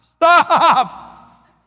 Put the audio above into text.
stop